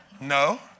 No